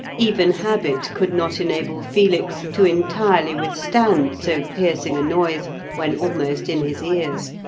even habit could not enable felix to entirely withstand so piercing a noise when almost in his ears.